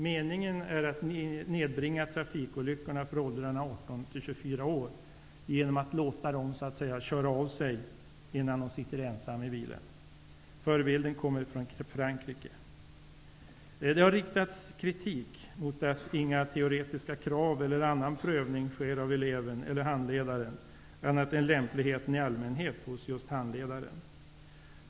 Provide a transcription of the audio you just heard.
Meningen är att nedbringa antalet trafikolyckor för bilförare i åldrarna 18--24 år genom att låta ungdomarna ''köra av sig'', innan de sitter ensamma i vid ratten. Förebilden kommer från Frankrike. Det har riktats kritik mot att inga teoretiska krav ställs på eleven och att det inte sker någon annan prövning av eleven eller handledaren, annat än att lämpligheten i allmänhet hos handledaren prövas.